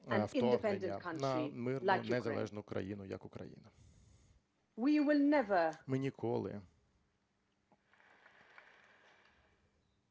на мирну, незалежну країну як Україна. Ми ніколи